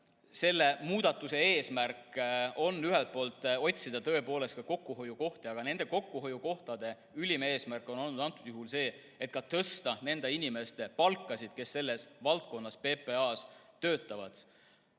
selle muudatuse eesmärk on ühelt poolt otsida tõepoolest ka kokkuhoiukohti, aga nende kokkuhoiukohtade ülim eesmärk on olnud antud juhul see, et ka tõsta nende inimeste palka, kes selles valdkonnas PPA‑s töötavad.